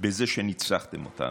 זה שניצחתם אותנו.